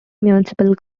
municipal